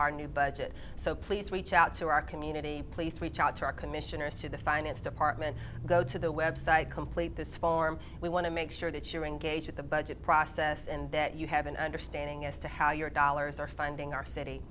our new budget so please reach out to our community place we are commissioners to the finance department go to the website complete this form we want to make sure that you're engaged with the budget process and that you have an understanding as to how your dollars are funding our city